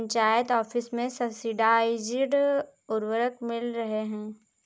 panchayat office में subsidised उर्वरक मिल रहे हैं